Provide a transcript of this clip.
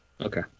Okay